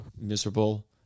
miserable